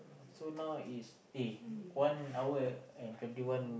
so now is A one hour and and twenty one